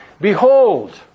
Behold